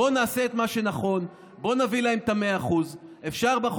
בואו נעשה את מה שנכון, בואו נביא להם את ה-100%.